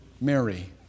Mary